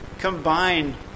combine